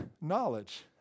knowledge